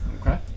Okay